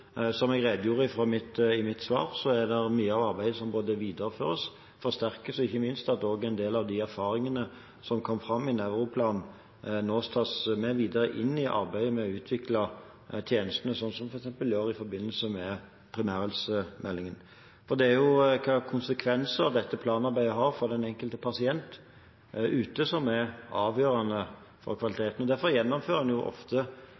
Som jeg redegjorde for i mitt svar, er det mye av arbeidet som både videreføres og forsterkes. Ikke minst tas en del av de erfaringene som kom fram i forbindelse med Nevroplan 2015, nå med videre inn i arbeidet med å utvikle tjenestene, slik en f.eks. gjør i forbindelse med primærhelsemeldingen. For det er hvilke konsekvenser dette planarbeidet har for den enkelte pasient ute, som er avgjørende for kvaliteten. Derfor gjennomfører en